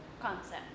concept